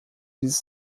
dieses